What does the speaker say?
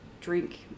drink